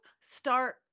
start